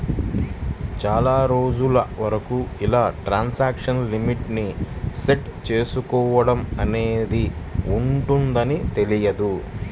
చాలా రోజుల వరకు ఇలా ట్రాన్సాక్షన్ లిమిట్ ని సెట్ చేసుకోడం అనేది ఉంటదని తెలియదు